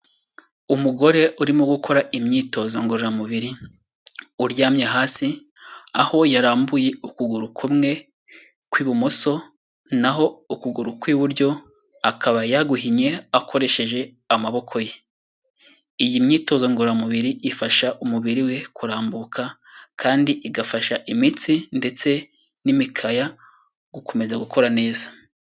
Umugore urimo gukora imyitozo ngororamubiri, uryamye hasi, aho yarambuye ukuguru kumwe kw'ibumoso naho ukuguru kw'iburyo akaba yaguhinnye akoresheje amaboko ye. Iyi myitozo ngororamubiri ifasha umubiri we kurambuka kandi igafasha imitsi ndetse n'imikaya gukomeza gukora neza.